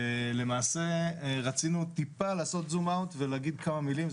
למעשה רצינו טיפה לעשות זום אאוט ולהגיד כמה מילים,